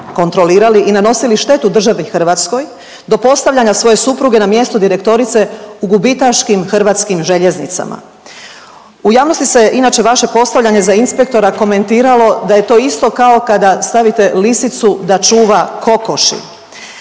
kontrolirali i nanosili štetu državi Hrvatskoj, do postavljanja svoje supruge na mjesto direktorice u gubitaškim Hrvatskim željeznicama. U javnosti se inače vaše postavljanje za inspektora komentiralo da je to isto kao kada stavite lisicu da čuva kokoši.